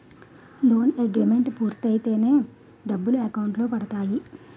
loan agreement పూర్తయితేనే డబ్బులు account లో పడతాయి